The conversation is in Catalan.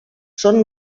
són